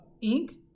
ink